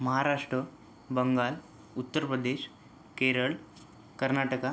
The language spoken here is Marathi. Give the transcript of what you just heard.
महाराष्ट्र बंगाल उत्तर प्रदेश केरळ कर्नाटक